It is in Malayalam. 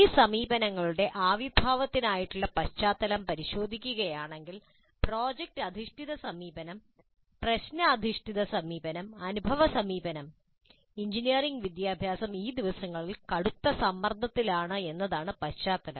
ഈ സമീപനങ്ങളുടെ ആവിർഭാവത്തിനായുള്ള പശ്ചാത്തലം പരിശോധിക്കുകയാണെങ്കിൽ പ്രോജക്റ്റ് അധിഷ്ഠിത സമീപനം പ്രശ്ന അധിഷ്ഠിത സമീപനം അനുഭവ സമീപനം എഞ്ചിനീയറിംഗ് വിദ്യാഭ്യാസം ഈ ദിവസങ്ങളിൽ കടുത്ത സമ്മർദ്ദത്തിലാണ് എന്നതാണ് പശ്ചാത്തലം